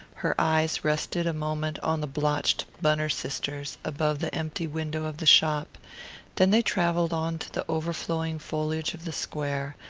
her eyes rested a moment on the blotched bunner sisters above the empty window of the shop then they travelled on to the overflowing foliage of the square,